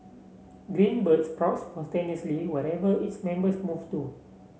Green Bird sprouts spontaneously wherever its members move to